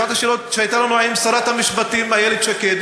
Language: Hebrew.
בשעת השאלות שהייתה לנו עם שרת המשפטים איילת שקד,